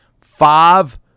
five